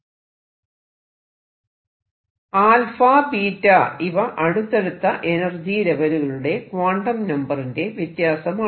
𝜶 ꞵ ഇവ അടുത്തടുത്ത എനർജി ലെവലുകളുടെ ക്വാണ്ടം നമ്പറിന്റെ വ്യത്യാസമാണ്